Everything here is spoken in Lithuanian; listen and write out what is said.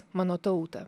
mano tauta